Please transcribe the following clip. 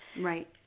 Right